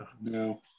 No